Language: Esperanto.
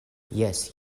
jes